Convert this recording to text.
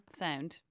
sound